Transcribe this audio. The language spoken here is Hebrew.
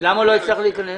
למה הוא לא הצליח להיכנס?